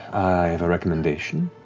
i have a recommendation.